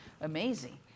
amazing